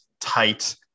tight